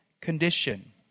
condition